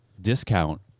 discount